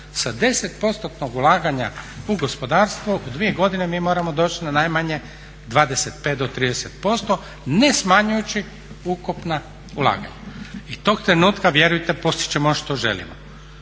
Sa 10%-tnog ulaganja u gospodarstvu u dvije godine mi moramo doći na najmanje 25 do 30% ne smanjujući ukupna ulaganja. I tog trenutka vjerujte, postići ćemo ono što želimo,